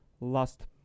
last